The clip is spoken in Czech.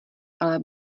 ale